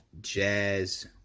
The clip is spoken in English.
Jazz